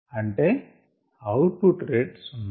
అంటే output rate సున్నా